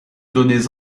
données